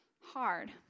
hard